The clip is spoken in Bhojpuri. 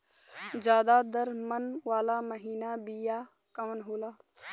ज्यादा दर मन वाला महीन बिया कवन होला?